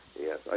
Yes